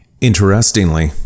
Interestingly